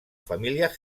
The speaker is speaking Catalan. família